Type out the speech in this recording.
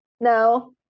no